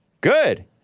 Good